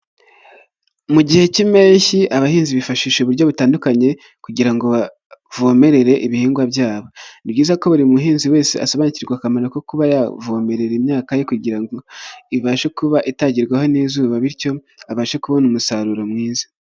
MU gihe k'impeshyi abahinzi bifashisha uburyo butandukanye, kugira ngovomererere ibihingwa byabo Ni byiza ko buri muhinzi wese asobanukirwa akamaro ko kuba yavomerera imyaka ye kugira ngo ibashe kuba itagerwaho n'izuba, bityo abashe kubona umusaruro mwiza.